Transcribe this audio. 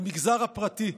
המגזר הפרטי.